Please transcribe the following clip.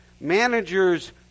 Managers